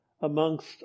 amongst